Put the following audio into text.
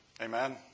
Amen